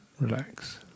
Relax